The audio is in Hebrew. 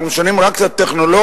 אנחנו משנים רק את הטכנולוגיה,